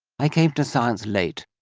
i came to science late,